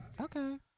okay